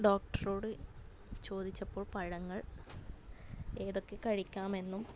ഡോക്ടറോട് ചോദിച്ചപ്പോൾ പഴങ്ങൾ ഏതൊക്കെ കഴിക്കാമെന്നും